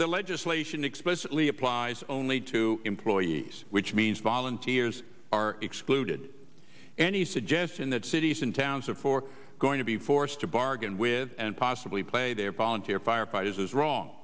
lead legislation explicitly applies only to employees which means volunteers are excluded any suggestion that cities and towns of four going to be forced to bargain with and possibly play their volunteer firefighters is wrong